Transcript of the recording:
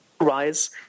rise